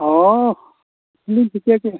ᱚᱻ ᱤᱧᱫᱚ ᱴᱷᱤᱠᱟᱹ ᱠᱮᱜᱼᱟ